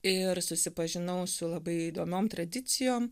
ir susipažinau su labai įdomiom tradicijom